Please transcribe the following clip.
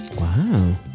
Wow